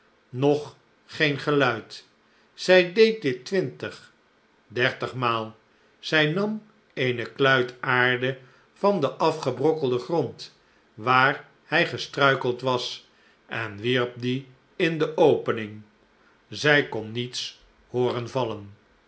nog geen geluid zij deed dit twintig dertigmaal zij nam eene kluit aarde van den afgebrokkelden grond waar hij gestruikeld was en wierp dien in de opening zij kon niets hooren vallen